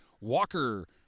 Walker